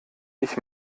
ich